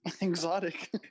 exotic